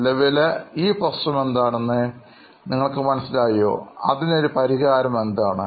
നിലവിലെ ആ പ്രശ്നം എന്താണെന്ന് നിങ്ങൾക്ക് മനസ്സിലായോ അതിനൊരു പരിഹാരം എന്താണ്